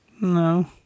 No